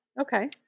Okay